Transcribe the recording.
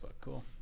cool